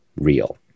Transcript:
real